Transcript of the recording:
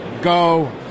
go